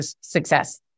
success